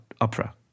opera